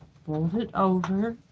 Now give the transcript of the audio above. fold it over,